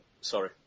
sorry